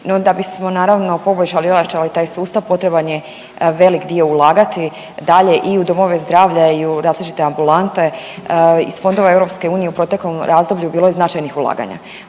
da bismo naravno, poboljšali i ojačali taj sustav, potreban je velik dio ulagati dalje i u domove zdravlja i u različite ambulante, iz fondova EU u proteklom razdoblju bilo je značajnih ulaganja.